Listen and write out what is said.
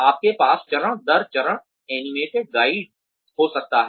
आपके पास चरण दर चरण एनिमेटेड गाइड हो सकता है